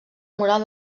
moral